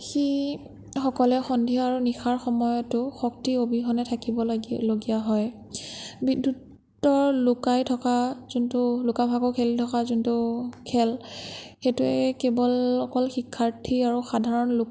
সী সকলে সন্ধিয়া আৰু নিশাৰ সময়তো শক্তিৰ অবিহনে থাকিব লগীয়া হয় বিদ্য়ুতৰ লুকাই থকা যোনটো লুকা ভাকু খেলি থকা যোনটো খেল সেইটোৱেই কেৱল অকল শিক্ষাৰ্থী আৰু সাধাৰণ লোক